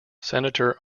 senator